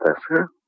Professor